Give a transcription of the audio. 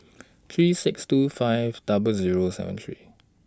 three six two five double Zero seven three